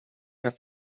have